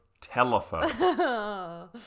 telephone